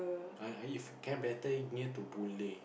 ah if can better near to Boon-Lay